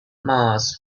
mars